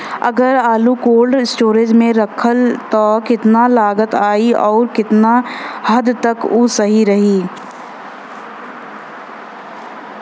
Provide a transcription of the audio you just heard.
अगर आलू cold storage में रखायल त कितना लागत आई अउर कितना हद तक उ सही रही?